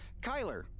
Kyler